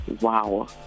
Wow